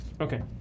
Okay